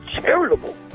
charitable